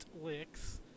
licks